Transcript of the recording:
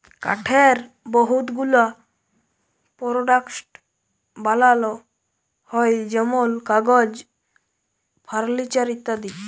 কাঠের বহুত গুলা পরডাক্টস বালাল হ্যয় যেমল কাগজ, ফারলিচার ইত্যাদি